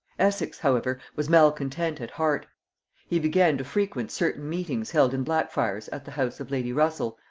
essex however was malcontent at heart he began to frequent certain meetings held in blackfriars at the house of lady russel,